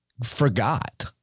forgot